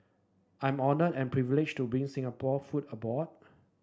I'm honoured and privileged to bring Singapore food abroad